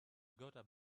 gotta